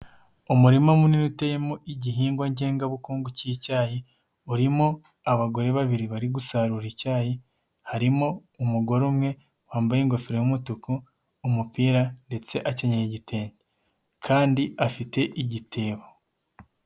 Umurima munini uteyemo igihingwa ngengabukungu cy'icyayi, urimo abagore babiri bari gusarura icyayi, harimo umugore umwe wambaye ingofero y'umutuku, umupira ndetse akenyeye igitenge kandi afite igitebo.